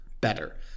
better